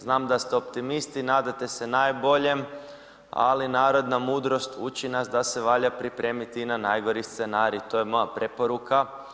Znam da ste optimisti i nadate se najboljem, ali narodna mudrost uči nas da se valja pripremiti i na najgori scenarij, to je moja preporuka.